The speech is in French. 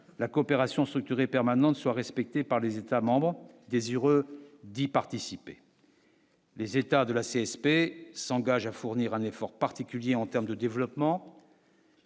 la coopération structurée permanente soit respecté par les États-membres désireux d'y participer. Les États de la CSP s'engage à fournir un effort particulier en terme de développement.